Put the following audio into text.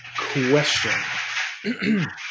question